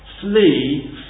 flee